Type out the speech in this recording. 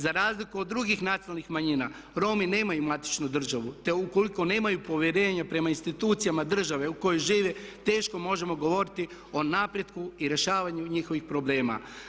Za razliku od drugih nacionalnih manjina Romi nemaju matičnu državu te ukoliko nemaju uvjerenja prema institucijama države u kojima žive teško možemo govoriti o napretku i rješavanju njihovih problema.